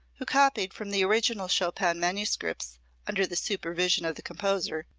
who copied from the original chopin manuscripts under the supervision of the composer,